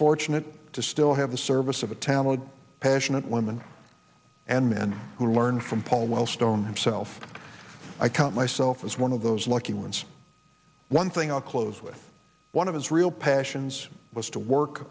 fortunate to still have a service of a talent passionate women and men who learn from paul wellstone himself i count myself as one of those lucky ones one thing i'll close with one of his real passions was to work